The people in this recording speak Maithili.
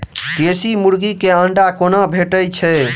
देसी मुर्गी केँ अंडा कोना भेटय छै?